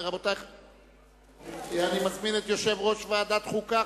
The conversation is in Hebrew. אני מזמין את יושב-ראש ועדת החוקה,